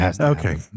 Okay